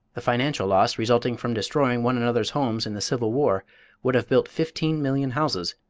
the financial loss resulting from destroying one another's homes in the civil war would have built fifteen million houses,